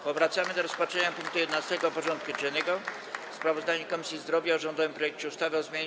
Powracamy do rozpatrzenia punktu 11. porządku dziennego: Sprawozdanie Komisji Zdrowia o rządowym projekcie ustawy o zmianie